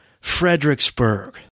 Fredericksburg